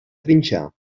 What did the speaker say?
trinxar